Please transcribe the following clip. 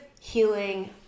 healing